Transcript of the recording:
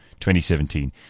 2017